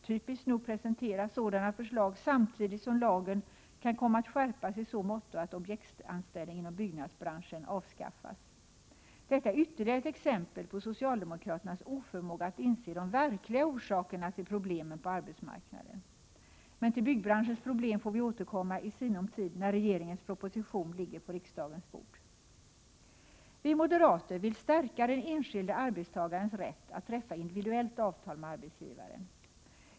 Typiskt nog presenteras sådana förslag samtidigt som lagen kan komma att skärpas i så måtto att objektsanställning inom byggnadsbranschen avskaffas. Detta är ytterligare ett exempel på socialdemokraternas oförmåga att inse de verkliga orsakerna till problemen på arbetsmarknaden. Men till byggnadsbranschens problem får vi återkomma i sinom tid när regeringens proposition ligger på riksdagens bord. Vi moderater vill stärka den enskilde arbetstagarens rätt att träffa individuellt avtal med arbetsgivaren.